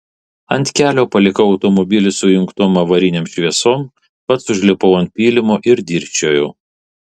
ant kelio palikau automobilį su įjungtom avarinėm šviesom pats užlipau ant pylimo ir dirsčiojau